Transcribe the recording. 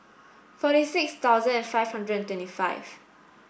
forty six thousand five hundred and twenty five